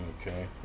Okay